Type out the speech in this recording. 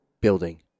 building